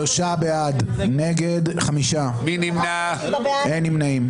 שלושה בעד, חמישה נגד, אין נמנעים.